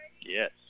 Yes